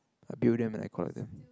I build them and I collect them